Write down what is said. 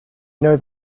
know